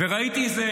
וראיתי איזה